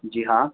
जी हा